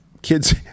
Kids